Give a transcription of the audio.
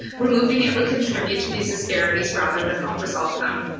removing it would contribute to these disparities rather than help resolve them.